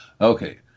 Okay